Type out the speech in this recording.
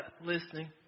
Listening